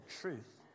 truth